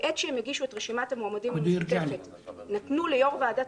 בעת שהן הגישו את רשימת המועמדים נתנו ליושב-ראש ועדת